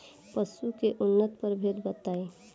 पशु के उन्नत प्रभेद बताई?